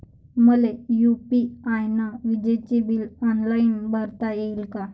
मले यू.पी.आय न विजेचे बिल ऑनलाईन भरता येईन का?